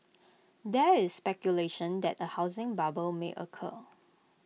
there is speculation that A housing bubble may occur